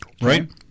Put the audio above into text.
right